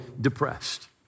depressed